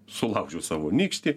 sulaužiau savo nykštį